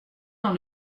dans